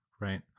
right